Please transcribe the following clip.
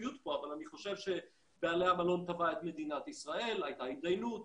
אם הכנסת הייתה פועלת בשנה הזאת לא היינו מגיעים